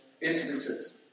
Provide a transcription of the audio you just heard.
instances